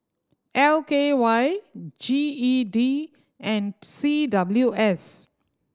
L K Y G E D and C W S